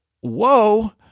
whoa